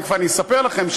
תכף אספר לכם,